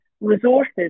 resources